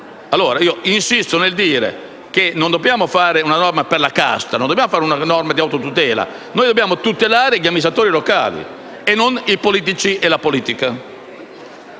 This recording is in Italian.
norma. Insisto nel dire che non dobbiamo fare una norma per la casta, una norma di autotutela: noi dobbiamo tutelare gli amministratori locali e non i politici e la politica.